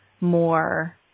more